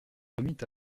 remit